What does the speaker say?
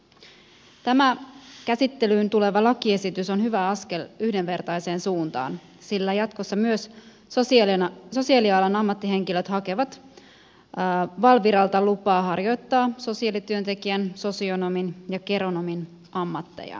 tämä käsittelyyn tuleva lakiesitys on hyvä askel yhdenvertaiseen suuntaan sillä jatkossa myös sosiaalialan ammattihenkilöt hakevat valviralta lupaa harjoittaa sosiaalityöntekijän sosionomin ja geronomin ammattejaan